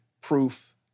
proof